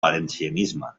valencianisme